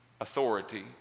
authority